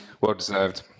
Well-deserved